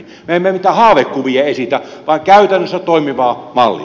me emme mitään haavekuvia esitä vaan käytännössä toimivaa mallia